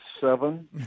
seven